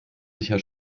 sicher